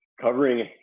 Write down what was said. covering